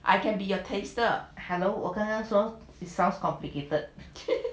I can be your taster